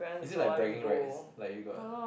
is it like bragging rats like you got